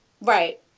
Right